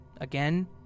again